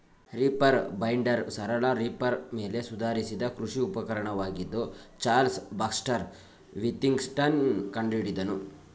reaper binder ಸರಳ reaper ಮೇಲೆ ಸುಧಾರಿಸಿದ ಕೃಷಿ ಉಪಕರಣವಾಗಿದ್ದು ಚಾರ್ಲ್ಸ್ ಬ್ಯಾಕ್ಸ್ಟರ್ ವಿಥಿಂಗ್ಟನ್ ಕಂಡುಹಿಡಿದನು